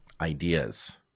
ideas